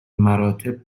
مراتب